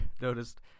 noticed